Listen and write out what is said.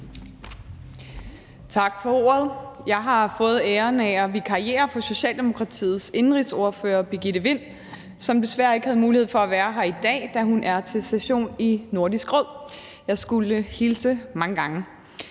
Tak for ordet. Jeg har fået æren af at vikariere for Socialdemokratiets indenrigsordfører, Birgitte Vind, som desværre ikke havde mulighed for at være her i dag, da hun er til session i Nordisk Råd. Jeg skulle hilse mange gange.